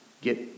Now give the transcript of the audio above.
get